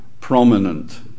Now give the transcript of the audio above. prominent